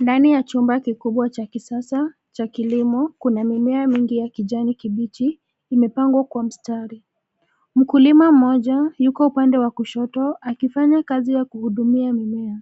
Ndani ya chumba kikubwa cha kisasa ,cha kilimo, kuna mimea mingi ya kijani kibichi, imepangwa kwa mstari. Mkulima mmoja, yuko upande wa kushoto, akifanya kazi ya kuhudumia mimea.